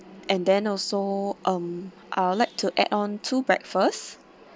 and then also um I would like to add on two breakfast